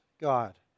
God